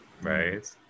Right